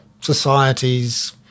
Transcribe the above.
societies